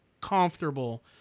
comfortable